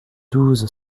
douze